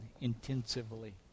intensively